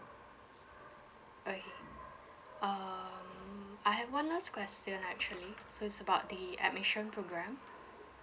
okay um I have one last question actually so it's about the admission program